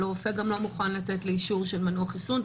אבל הרופא גם לא מוכן לתת לי אישור של מנוע-חיסון.